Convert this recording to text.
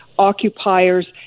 occupiers